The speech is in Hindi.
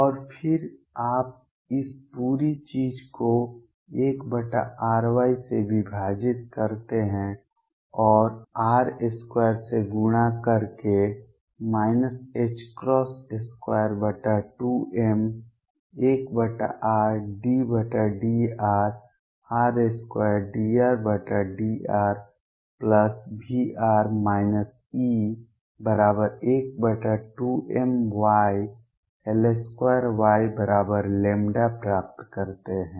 और फिर आप इस पूरी चीज़ को 1RY से विभाजित करते हैं और r2 से गुणा करके 22m1Rddrr2dRdrVr E12mYL2Yλ प्राप्त करते हैं